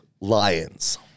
Lions